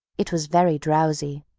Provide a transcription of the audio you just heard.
it was very drowsy,